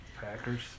Packers